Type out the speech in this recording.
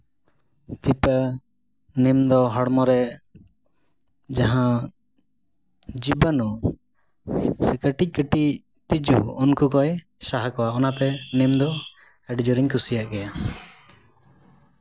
ᱯᱤᱯᱟᱹ ᱱᱤᱢ ᱫᱚ ᱦᱚᱲᱢᱚ ᱨᱮ ᱡᱟᱦᱟᱸ ᱡᱤᱵᱟᱱᱩ ᱥᱮ ᱠᱟᱹᱴᱤᱡ ᱠᱟᱹᱴᱤᱡ ᱛᱤᱡᱩ ᱩᱱᱠᱩ ᱠᱚᱭ ᱥᱟᱦᱟ ᱠᱚᱣᱟ ᱚᱱᱟᱛᱮ ᱱᱤᱢ ᱫᱚ ᱟᱹᱰᱤ ᱡᱳᱨᱤᱧ ᱠᱩᱥᱤᱭᱟᱜ ᱜᱮᱭᱟ